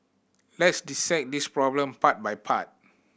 let's dissect this problem part by part